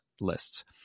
lists